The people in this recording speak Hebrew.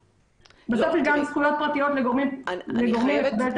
בסוף אלה גם זכויות פרטיות לגורמים לקבל את